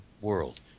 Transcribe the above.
world